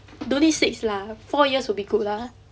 don't need six lah four years will be good lah